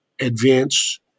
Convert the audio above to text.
advance